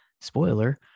spoiler